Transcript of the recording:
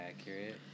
accurate